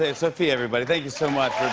ah sophia, everybody. thank you so much